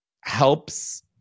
helps